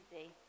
easy